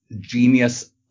genius